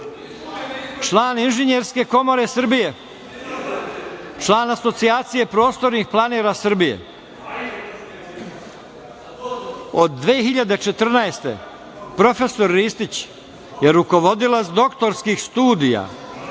član Inženjerske komore Srbije, član Asocijacije prostornih planova Srbije. Od 2014. godine prof. Ristić je rukovodilac doktorskih studija